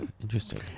Interesting